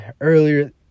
earlier